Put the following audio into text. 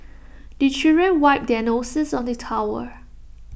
the children wipe their noses on the towel